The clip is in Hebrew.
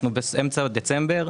אנו באמצע דצמבר.